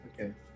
Okay